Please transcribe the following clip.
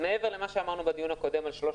מעבר למה שאמרנו בדיון הקודם על שלוש